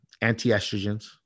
anti-estrogens